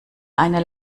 eine